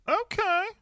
Okay